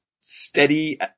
steady